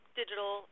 digital